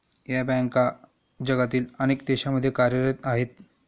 या बँका जगातील अनेक देशांमध्ये कार्यरत आहेत